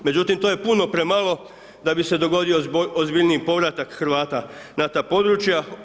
Međutim to je puno premalo da bi se dogodio ozbiljniji povratak Hrvata na ta područja.